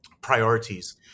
priorities